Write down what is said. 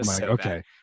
okay